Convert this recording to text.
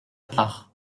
part